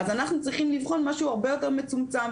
אז אנחנו צריכים לבחון משהו הרבה יותר מצומצם,